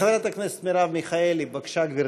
חברת הכנסת מרב מיכאלי, בבקשה, גברתי.